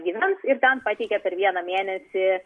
gyvens ir ten pateikia per vieną mėnesį